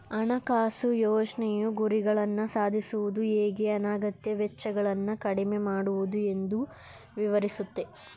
ಹಣಕಾಸು ಯೋಜ್ನೆಯು ಗುರಿಗಳನ್ನ ಸಾಧಿಸುವುದು ಹೇಗೆ ಅನಗತ್ಯ ವೆಚ್ಚಗಳನ್ನ ಕಡಿಮೆ ಮಾಡುವುದು ಎಂದು ವಿವರಿಸುತ್ತೆ